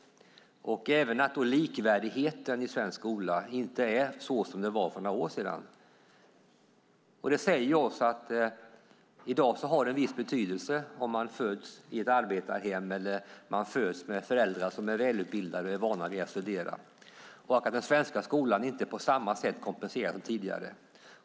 Likvärdigheten i svensk skola är inte heller som den var för några år sedan. I dag har det viss betydelse om man föds i ett arbetarhem eller föds med föräldrar som är välutbildade och vana att studera. Den svenska skolan kompenserar inte på samma sätt som tidigare.